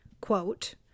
quote